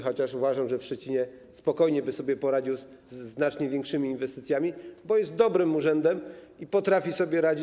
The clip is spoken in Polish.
Chociaż uważam, że urząd w Szczecinie spokojnie by sobie poradził ze znacznie większymi inwestycjami, bo jest dobrym urzędem i potrafi sobie radzić.